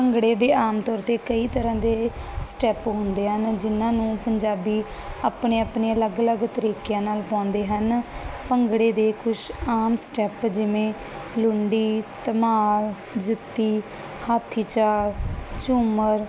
ਭੰਗੜੇ ਦੇ ਆਮ ਤੌਰ ਤੇ ਕਈ ਤਰ੍ਹਾਂ ਦੇ ਸਟੈਪ ਹੁੰਦੇ ਹਨ ਜਿਨਾਂ ਨੂੰ ਪੰਜਾਬੀ ਆਪਣੇ ਅਲੱਗ ਅਲੱਗ ਤਰੀਕਿਆਂ ਨਾਲ ਪਾਉਂਦੇ ਹਨ ਭੰਗੜੇ ਦੇ ਕੁਛ ਆਮ ਸਟੈਪ ਜਿਵੇਂ ਲੂੰਡੀ ਧਮਾਲ ਜੁੱਤੀ ਹਾਥੀ ਚਾਰ ਝੂਮਰ